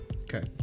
okay